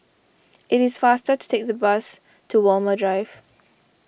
it is faster to take the bus to Walmer Drive